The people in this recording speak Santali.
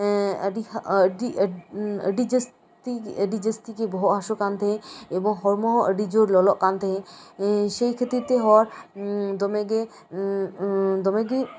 ᱮᱸᱜ ᱟᱹᱰᱤ ᱡᱟᱹᱥᱛᱤ ᱟᱹᱰᱤ ᱡᱟᱹᱥᱛᱤ ᱜᱮ ᱵᱚᱦᱚᱜ ᱦᱟᱹᱥᱩ ᱠᱟᱱ ᱛᱟᱦᱮᱸᱫ ᱮᱵᱚᱝ ᱦᱚᱲᱢᱚ ᱦᱚᱸ ᱟᱹᱰᱤ ᱡᱳᱨ ᱞᱚᱞᱚᱜ ᱠᱟᱱ ᱛᱟᱦᱮᱸᱫ ᱥᱮᱭ ᱠᱷᱟᱹᱛᱤᱨ ᱛᱮᱦᱚᱸ ᱫᱚᱢᱮᱜᱮ ᱫᱚᱢᱮᱜᱮ